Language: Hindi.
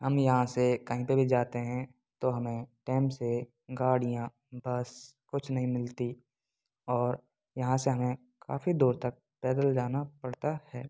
हम यहाँ से कहीं पर भी जाते हैं तो हमें टैम से गाड़ियाँ बस कुछ नहीं मिलती और यहाँ से हमें काफ़ी दूर तक पैदल जाना पड़ता है